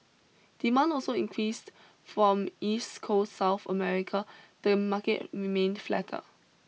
demand also increased from east coast South America the market remained flatter